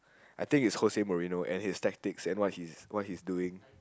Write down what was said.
I think is Jose-Mourinho and his tactics and what he's what he's doing